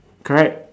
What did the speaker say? correct